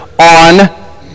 on